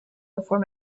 before